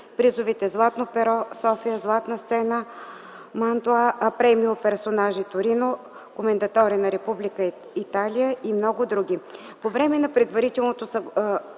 призовете „Златно перо” – София, „Златна сцена” – Мантуа, „Премио персонажи” – Торино, „Комендаторе на Република Италия”, и много други.